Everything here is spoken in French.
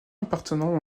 appartenant